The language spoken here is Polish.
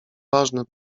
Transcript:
ważne